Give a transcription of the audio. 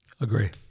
Agree